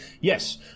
Yes